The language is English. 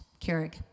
Keurig